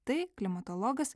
tai klimatologas